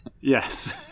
yes